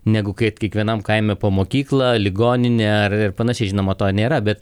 negu kaip kiekvienam kaime po mokyklą ligoninę ar ir panašiai žinoma to nėra bet